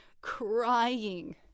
crying